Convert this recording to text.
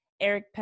Eric